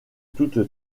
toute